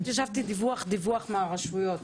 פשוט ישבתי דיווח דיוח מהרשויות,